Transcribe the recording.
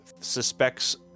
Suspects